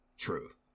truth